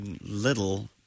little